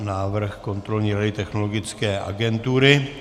Návrh kontrolní rady Technologické agentury.